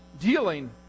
dealing